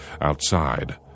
Outside